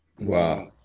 Wow